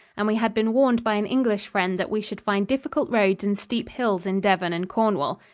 and we had been warned by an english friend that we should find difficult roads and steep hills in devon and cornwall.